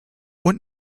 und